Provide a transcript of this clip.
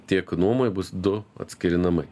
tiek nuomai bus du atskiri namai